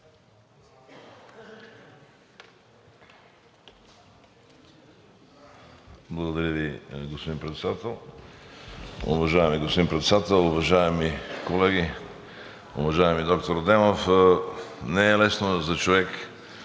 Благодаря Ви, господин Председател. Уважаеми господин Председател, уважаеми колеги! Уважаеми доктор Адемов, не е лесно за човек